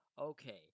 Okay